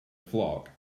flock